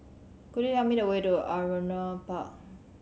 could you tell me the way to Ardmore Park